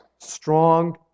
strong